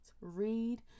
read